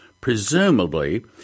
presumably